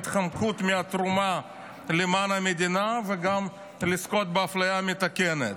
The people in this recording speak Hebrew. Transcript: התחמקות מתרומה למען המדינה וגם לזכות באפליה מתקנת.